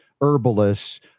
herbalists